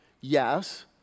Yes